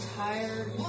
tired